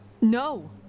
No